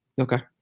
Okay